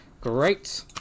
great